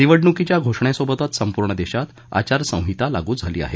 निवडण्कीच्या घोषणेसोबतच संपूर्ण देशात आचारसंहिता लागू झाली आहे